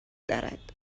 دارد